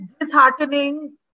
disheartening